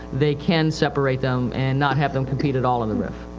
they can separate them and not have them compete at all in the rif.